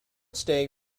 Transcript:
stay